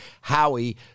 Howie